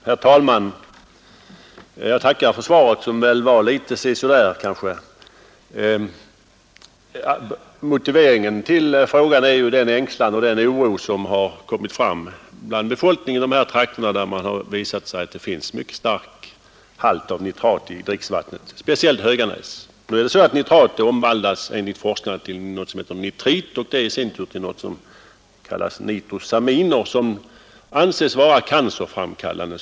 Herr talman! Jag tackar för svaret som väl var litet si så där. Motiveringen till frågan är ju den ängslan och den oro som har kommit fram bland befolkningen i de trakter där det visar sig att det finns en mycket stark halt av nitrat i dricksvattnet, speciellt i Höganäs. Nitrat omvandlas enligt forskarna till nitrit och detta övergår i sin tur till s.k. nitrosaminer, som anses vara cancerframkallande.